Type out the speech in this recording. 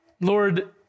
Lord